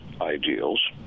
ideals